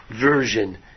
version